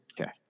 Okay